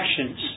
actions